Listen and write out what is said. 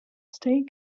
state